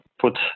put